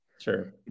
Sure